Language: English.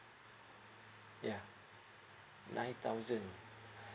yeah nine thousand